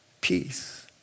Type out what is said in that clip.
peace